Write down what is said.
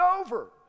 over